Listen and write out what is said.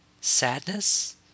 sadness